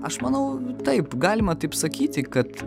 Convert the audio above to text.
aš manau taip galima taip sakyti kad